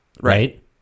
Right